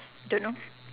don't know